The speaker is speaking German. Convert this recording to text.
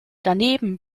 daneben